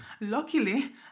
Luckily